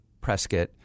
Prescott